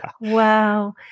Wow